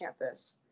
campus